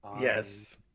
yes